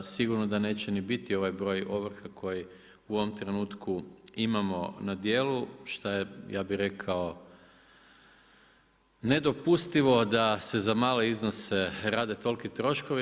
Sigurno da neće ni biti ovaj broj ovrha koji u ovom trenutku imamo na djelu šta je ja bih rekao nedopustivo da se za male iznose rade toliki troškovi.